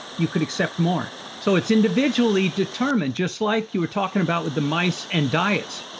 you could accept more so it's individually determined, just like you were talking about with the mice and diets.